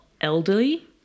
elderly